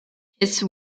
his